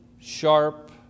sharp